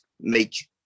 make